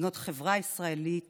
לבנות חברה ישראלית